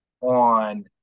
on